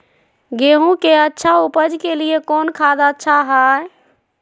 गेंहू के अच्छा ऊपज के लिए कौन खाद अच्छा हाय?